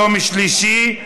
יום שלישי,